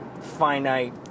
finite